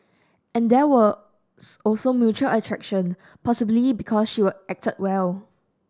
and there was also mutual attraction possibly because she were acted well